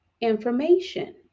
information